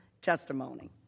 testimony